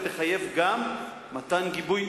ותחייב גם מתן גיבוי,